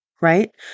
right